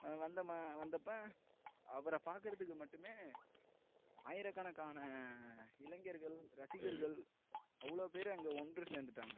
வந்தப்போ அவரை பார்க்குறதுக்கு மட்டுமே ஆயிரக்கணக்கான இளைஞர்கள் ரசிகர்கள் அவ்வளோ பேர் அங்கே ஒன்று சேர்ந்துட்டாங்க